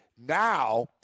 Now